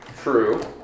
True